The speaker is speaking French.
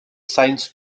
sainz